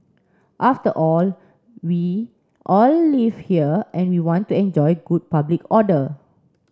after all we all live here and we want to enjoy good public order